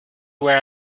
where